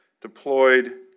deployed